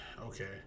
okay